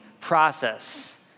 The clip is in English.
process